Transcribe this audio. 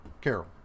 Carol